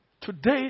Today